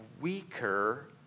weaker